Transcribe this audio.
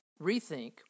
rethink